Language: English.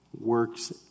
works